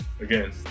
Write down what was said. Again